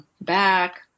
back